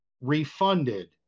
refunded